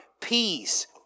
peace